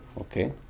Okay